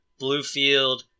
Bluefield